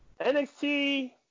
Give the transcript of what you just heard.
NXT